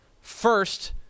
first